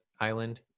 island